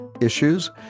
issues